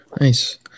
Nice